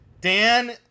Dan